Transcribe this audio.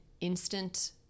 instant